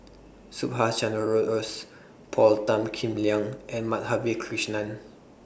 Subhas Chandra Bose Paul Tan Kim Liang and Madhavi Krishnan